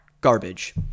garbage